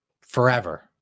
forever